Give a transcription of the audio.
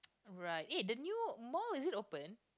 right eh the new mall is it open